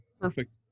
Perfect